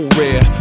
rare